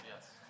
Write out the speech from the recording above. Yes